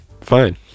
fine